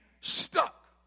stuck